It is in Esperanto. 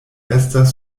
estas